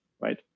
right